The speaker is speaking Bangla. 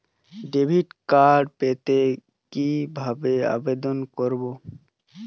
ডেবিট কার্ড পেতে কি ভাবে আবেদন করব?